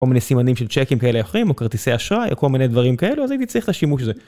או כל מיני סימנים של צ'קים כאלה אחרים, או כרטיסי אשראי, או כל מיני דברים כאלו, אז הייתי צריך לשימוש הזה.